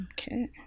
Okay